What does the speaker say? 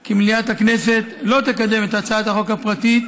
כי מליאת הכנסת לא תקדם את הצעת החוק הפרטית